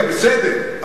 בסדר,